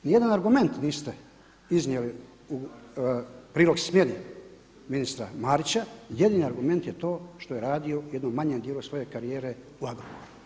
Ni jedan argument niste iznijeli u prilog smjeni ministra Marića, jedini argument je to što je radio u jednom manjem dijelu svoje karijere u Agrokoru.